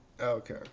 Okay